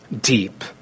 deep